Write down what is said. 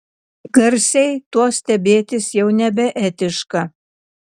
garsiai tuo stebėtis jau nebeetiška